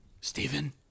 Stephen